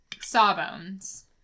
Sawbones